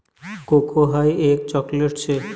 cocoa हाई एक chocolate शे